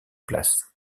place